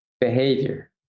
behavior